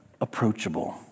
approachable